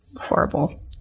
Horrible